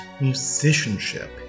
musicianship